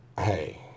hey